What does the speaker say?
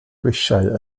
grisiau